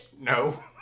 No